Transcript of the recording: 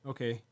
Okay